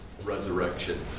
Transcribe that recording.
resurrection